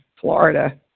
Florida